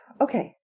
okay